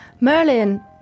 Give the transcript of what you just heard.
Merlin